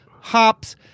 Hops